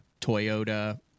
Toyota